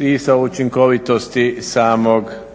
i sa učinkovitosti samog